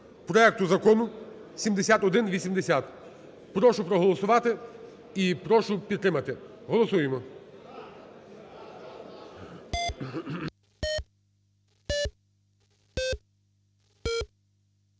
проект Закону 7180. Прошу проголосувати і прошу підтримати, голосуємо.